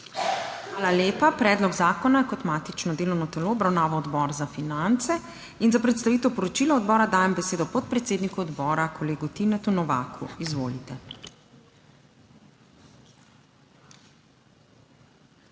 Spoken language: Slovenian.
Hvala lepa. Predlog zakona je kot matično delovno telo obravnaval Odbor za finance. Za predstavitev poročila odbora dajem besedo podpredsedniku odbora kolegu Tinetu Novaku. Izvolite. TINE NOVAK